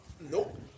Nope